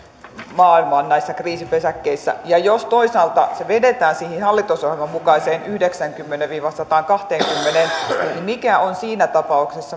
maailman näissä kriisipesäkkeissä ja jos toisaalta se vedetään siihen hallitusohjelman mukaiseen yhdeksäänkymmeneen viiva sataankahteenkymmeneen niin mikä on siinä tapauksessa